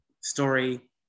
story